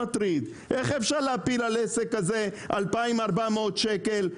איך אפשר להפיל על עסק כזה הוצאה של 2,400 ₪?